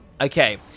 Okay